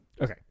Okay